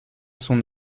son